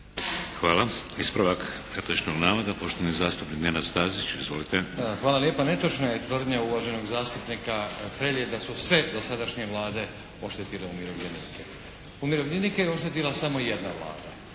Hvala. Ispravak netočnog navoda, poštovani zastupnik Nenad Stazić. Izvolite. **Stazić, Nenad (SDP)** Hvala lijepa. Netočna je tvrdnja uvaženog zastupnika Hrelje da su sve dosadašnje vlade oštetile umirovljenike. Umirovljenike je oštetila samo jedna Vlada,